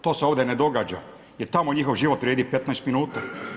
To se ovdje ne događa, jer tamo njihov život vrijedi 15 minuta.